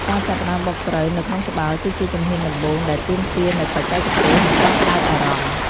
ការចាប់ផ្តើមបុកស្រូវនៅក្នុងត្បាល់គឺជាជំហានដំបូងដែលទាមទារនូវបច្ចេកទេស និងការផ្តោតអារម្មណ៍។